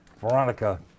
Veronica